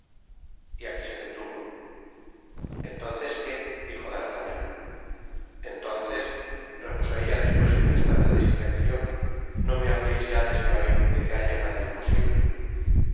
y aqui se detuvo entonces qué dijo d'artagnan entonces repuso etla despues de un instante de silencio no me hableis ya desde hoy de que haya nada imposible